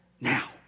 now